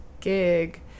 gig